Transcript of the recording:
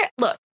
look